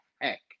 heck